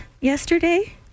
yesterday